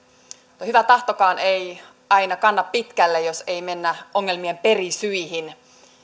mutta hyvä tahtokaan ei aina kanna pitkälle jos ei mennä ongelmien perisyihin